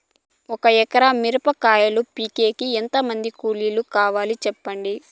ఒక ఎకరా మిరప కాయలు పీకేకి ఎంత మంది కూలీలు కావాలి? సెప్పండి?